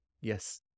yes